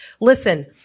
Listen